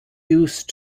use